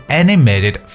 animated